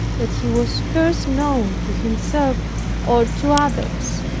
that he was scarce known to himself or to others.